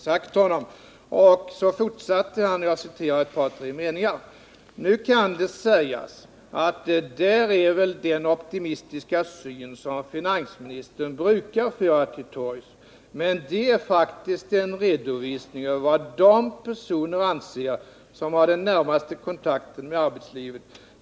Sedan fortsatte han: ”Nu kan det sägas att det där är väl den optimistiska syn som finansministern brukar föra till torgs, men det är faktiskt en redovisning över vad de personer anser som har den närmaste kontakten med arbetslivet.